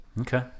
Okay